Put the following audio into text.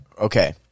Okay